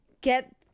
get